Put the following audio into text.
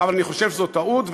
אבל אני חושב שזאת טעות,